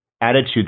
attitude